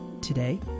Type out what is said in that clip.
today